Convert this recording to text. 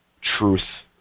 truth